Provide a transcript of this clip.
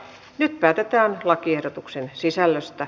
nyt päätetään lakiehdotusten sisällöstä